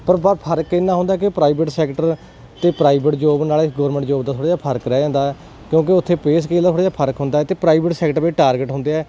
ਪਰ ਬ ਫਰਕ ਇੰਨਾ ਹੁੰਦਾ ਕਿ ਪ੍ਰਾਈਵੇਟ ਸੈਕਟਰ ਅਤੇ ਪ੍ਰਾਈਵੇਟ ਜੋਬ ਨਾਲੇ ਗੋਰਮੈਂਟ ਜੋਬ ਦਾ ਥੋੜ੍ਹਾ ਜਿਹਾ ਫਰਕ ਰਹਿ ਜਾਂਦਾ ਕਿਉਂਕਿ ਉੱਥੇ ਪੇ ਸਕੇਲ ਥੋੜ੍ਹਾ ਜਿਹਾ ਫਰਕ ਹੁੰਦਾ ਅਤੇ ਪ੍ਰਾਈਵੇਟ ਸੈਕਟਰ ਵਿੱਚ ਟਾਰਗੇਟ ਹੁੰਦੇ ਆ